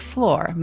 Floor